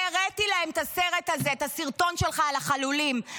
והראיתי להם את הסרטון שלך על ה"חלולים".